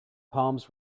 palms